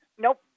Nope